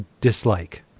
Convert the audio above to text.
dislike